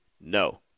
no